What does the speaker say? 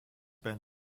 been